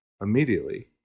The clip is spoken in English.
immediately